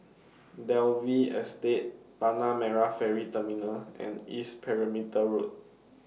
Dalvey Estate Tanah Merah Ferry Terminal and East Perimeter Road